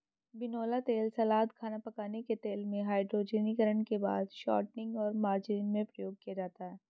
बिनौला तेल सलाद, खाना पकाने के तेल में, हाइड्रोजनीकरण के बाद शॉर्टनिंग और मार्जरीन में प्रयोग किया जाता है